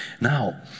Now